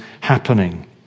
happening